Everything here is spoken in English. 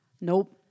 Nope